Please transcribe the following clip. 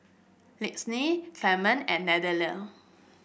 Lyndsey Clemente and Nathaniel